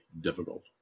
difficult